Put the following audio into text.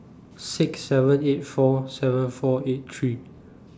six seven eight four seven four eight three